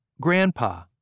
grandpa